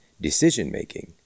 decision-making